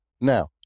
Now